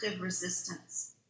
resistance